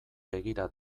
begira